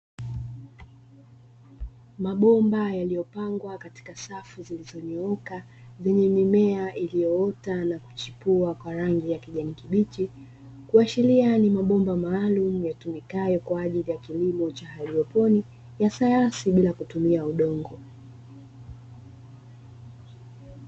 Mabomba yaliyopangwa katika safu zilizonyooka, yenye mimea iliyoota na kuchipua kwa rangi ya kijani kibichi. Kuashiria ni mabomba maalumu ya kemikali kwa ajili ya kilimo cha haidroponi ya sayansi bila kutumia udongo.